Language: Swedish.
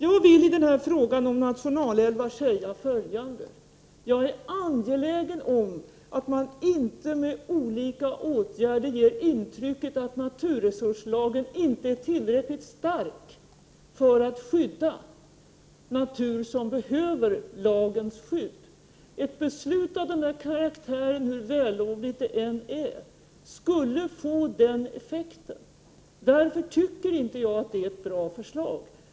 Jag vill i frågan om nationalälvar säga följande: Jag är angelägen om att man inte med olika åtgärder ger intrycket att naturresurslagen inte är tillräckligt stark för att skydda natur som behöver lagens skydd. Ett beslut av denna karaktär, hur vällovligt det än är, skulle få den effekten. Därför tycker jag inte att det är ett bra förslag.